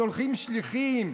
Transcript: שולחים שליחים,